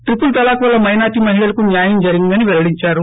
triple talaq వల్ల minority మహిళలకు న్యాయం జరిగిందని పెల్లడించారు